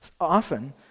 Often